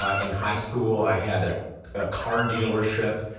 ah in high school, i had a car dealership.